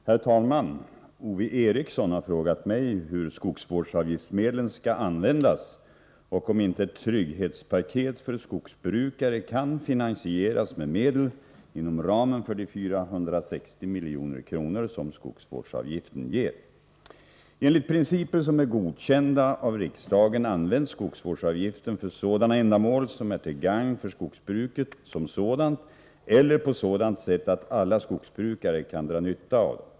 Herr talman! Ove Eriksson har frågat mig hur skogsvårdsavgiftsmedlen skall användas och om inte ett trygghetspaket för skogsbrukare kan finansieras med medel inom ramen för de 460 milj.kr. som skogsvårdsavgiften ger. Enligt principer som är godkända av riksdagen används skogsvårdsavgiften för sådana ändamål som är till gagn för skogsbruket som sådant eller på sådant sätt att alla skogsbrukare kan dra nytta av dem.